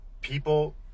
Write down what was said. people